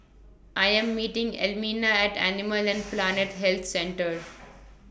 I Am meeting Elmina At Animal and Plant Health Centre